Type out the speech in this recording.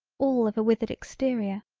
all of a withered exterior,